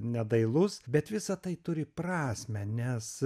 nedailus bet visa tai turi prasmę nes